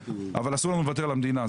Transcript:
אבל אסור לנו לוותר על המדינה.